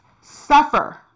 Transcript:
suffer